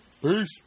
Peace